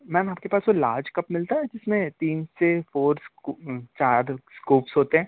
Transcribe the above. ma'am आपके पास वो लार्ज कप मिलता है जिसमें तीन से फ़ोर चार स्कूप्स होते हैं